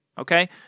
okay